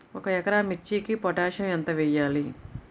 ఒక ఎకరా మిర్చీకి పొటాషియం ఎంత వెయ్యాలి?